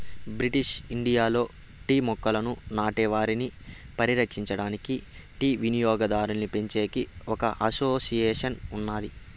British ఇండియాలో tea మొక్కలను నాటే వారిని పరిరక్షించడానికి, టీ వినియోగాన్నిపెంచేకి ఒక అసోసియేషన్ ఉన్నాది